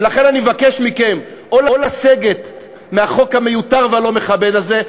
ולכן אני מבקש מכם או לסגת מהחוק המיותר והלא-מכבד הזה,